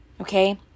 okay